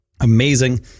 Amazing